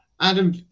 Adam